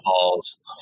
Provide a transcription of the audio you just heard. balls